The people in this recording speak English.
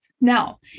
now